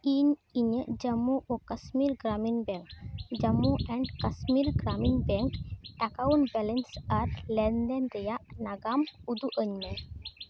ᱤᱧ ᱤᱧᱟᱹᱜ ᱡᱚᱢᱢᱩ ᱳ Kashmir Gramin bank Jammu and Kashmir Gramin bank account balance ᱟᱨ ᱞᱮᱱᱫᱮᱱ ᱨᱮᱭᱟᱜ ᱱᱟᱜᱟᱢ ᱩᱫᱩᱜ ᱟᱹᱧ ᱢᱮ